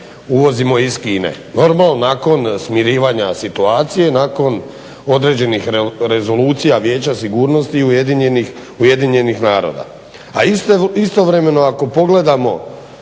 uvozimo iz Kine. … nakon smirivanja situacija nakon određenih rezolucija Vijeća sigurnosti i UN-a.